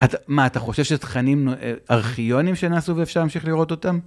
מה, אתה חושב שזה תכנים ארכיונים שנעשו ואפשר להמשיך לראות אותם?